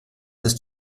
ist